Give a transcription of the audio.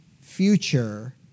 future